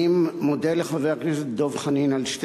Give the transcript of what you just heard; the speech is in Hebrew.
אני מודה לחבר הכנסת דב חנין על שתי